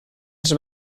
els